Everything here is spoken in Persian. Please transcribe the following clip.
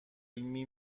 علمی